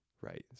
right